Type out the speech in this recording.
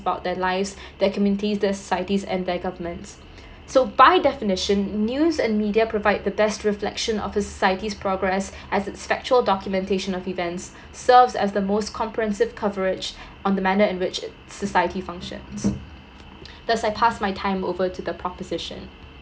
about their lives that can maintain their societies and their governments so by definition news and media provide the best reflection of a society's progress as it's factual documentation of events serves as the most comprehensive coverage on a manner in which it's society functions thus I pass my time over to the proposition